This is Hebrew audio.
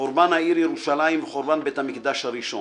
חורבן העיר ירושלים, חורבן בית המקדש הראשון.